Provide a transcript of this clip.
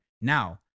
Now